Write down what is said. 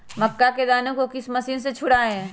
मक्का के दानो को किस मशीन से छुड़ाए?